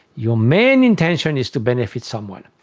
your main intention is to benefit someone.